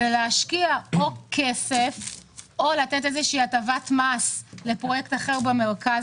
להשקיע כסף או לתת הטבת מס לפרויקט אחר במרכז.